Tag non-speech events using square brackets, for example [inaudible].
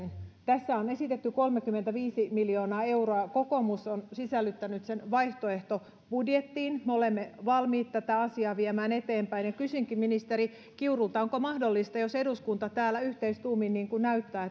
tässä on esitetty kolmekymmentäviisi miljoonaa euroa kokoomus on sisällyttänyt sen vaihtoehtobudjettiinsa me olemme valmiit tätä asiaa viemään eteenpäin kysynkin ministeri kiurulta jos eduskunta yhteistuumin niin kuin näyttää [unintelligible]